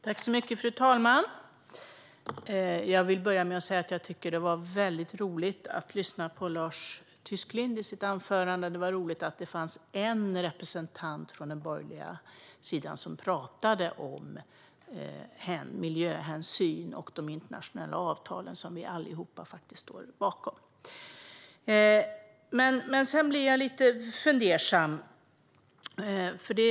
Fru talman! Det var roligt att lyssna på Lars Tysklinds anförande. Det gladde mig att en representant för de borgerliga talade om miljöhänsyn och de internationella avtal som vi alla står bakom. Men sedan blev jag lite fundersam.